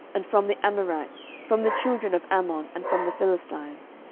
and from the amorites, from the children of ammon, and from the philistines?